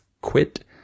quit